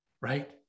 right